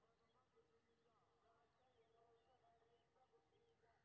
पौधा के लंबाई आर फसल के उत्पादन में कि सम्बन्ध छे?